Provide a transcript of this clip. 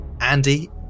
Andy